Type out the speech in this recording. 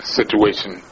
situation